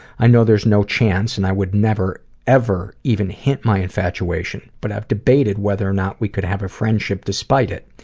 i know there's no chance and i would never ever even hint my infatuation, but i debated whether or not we could have a friendship despite it.